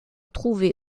trouvé